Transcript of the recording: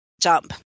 jump